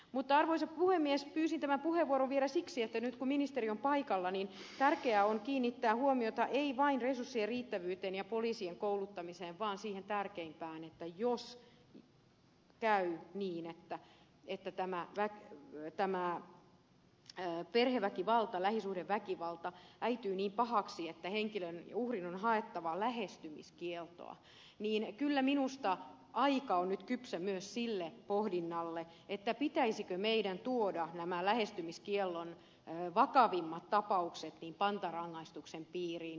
mutta arvoisa puhemies pyysin tämän puheenvuoron vielä siksi että nyt kun ministeri on paikalla tärkeää on kiinnittää huomiota ei vain resurssien riittävyyteen ja poliisien kouluttamiseen vaan siihen tärkeimpään että jos käy niin että tämä perheväkivalta lähisuhdeväkivalta äityy niin pahaksi että henkilön uhrin on haettava lähestymiskieltoa niin kyllä minusta aika on nyt kypsä myös sille pohdinnalle pitäisikö meidän tuoda nämä lähestymiskiellon vakavimmat tapaukset pantarangaistuksen piiriin